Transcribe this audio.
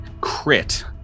crit